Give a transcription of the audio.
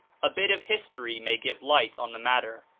a bit of history may give light on the matter.